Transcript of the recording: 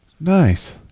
Nice